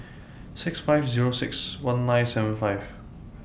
six five Zero six one nine seven five